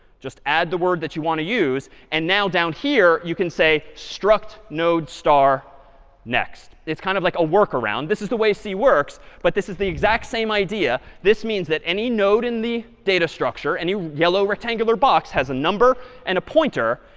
just add the word that you want to use. and now down here, you can say struct node star next. it's kind of like a work around. this is the way c works. but this is the exact same idea. this means that any node in the data structure, and any yellow rectangular box has a number and a pointer.